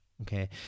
Okay